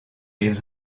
les